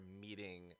meeting